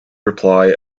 reply